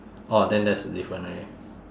orh then that's the different already